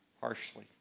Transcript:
harshly